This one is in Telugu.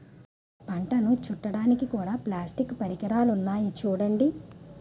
పంటను చుట్టడానికి కూడా ప్లాస్టిక్ పరికరాలున్నాయి చూడండి